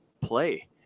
play